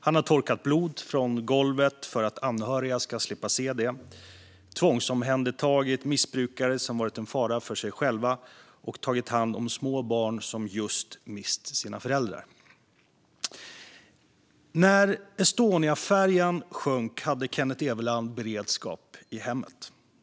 Han har torkat blod från golvet för att anhöriga ska slippa se det, tvångsomhändertagit missbrukare som varit en fara för sig själva och tagit hand om små barn som just mist sina föräldrar. När Estoniafärjan sjönk hade Kennet Everland beredskap i hemmet.